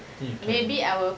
I think you can